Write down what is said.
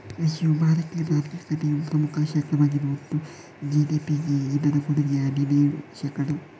ಕೃಷಿಯು ಭಾರತೀಯ ಆರ್ಥಿಕತೆಯ ಪ್ರಮುಖ ಕ್ಷೇತ್ರವಾಗಿದ್ದು ಒಟ್ಟು ಜಿ.ಡಿ.ಪಿಗೆ ಇದರ ಕೊಡುಗೆ ಹದಿನೇಳು ಶೇಕಡಾ